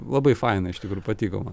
labai faina iš tikrųjų patiko man